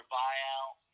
buyout